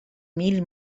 mil